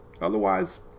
Otherwise